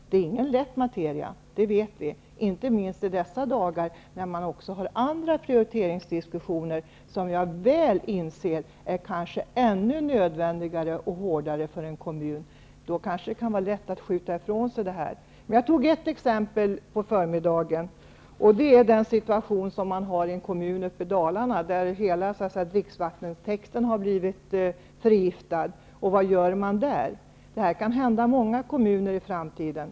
Det är ingen lätt materia, det vet vi, inte minst när man också har andra prioriteringsdiskussioner som jag väl inser är ännu nödvändigare och hårdare. Då kan det vara lätt att skjuta ifrån sig det här. Jag tog ett exempel på förmiddagen. Det är den situation man har i en kommun uppe i Dalarna, där hela dricksvattentäkten blivit förgiftad. Vad gör man där? Det kan hända många kommuner i framtiden.